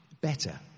better